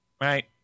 right